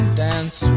dance